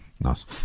Nice